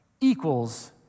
equals